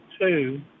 two